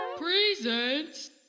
Presents